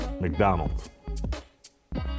McDonald's